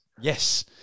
Yes